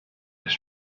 his